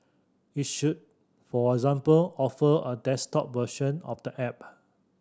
it should for example offer a desktop version of the app